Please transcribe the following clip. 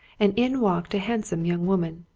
and in walked a handsome young woman,